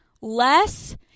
Less